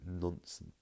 nonsense